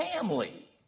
family